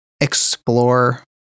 explore